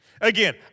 Again